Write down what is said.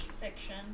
fiction